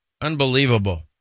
Unbelievable